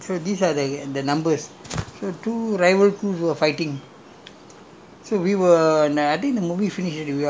salah kau err something like that ah so these are the numbers so two rival groups were fighting